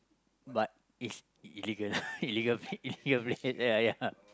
but it's illegal illegal illegal place ya ya